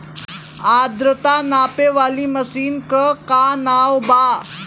आद्रता नापे वाली मशीन क का नाव बा?